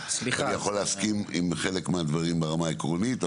אני יכול להסכים עם חלק מהדברים ברמה העקרונית,